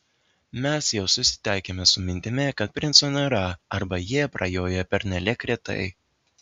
mes jau susitaikėme su mintimi kad princų nėra arba jie prajoja pernelyg retai